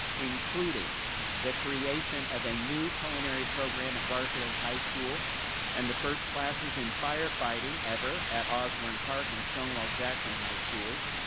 including the creation of a new culinary program at gar-field high school and the first classes in firefighting ever at osbourn park and stonewall jackson high schools.